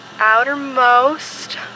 Outermost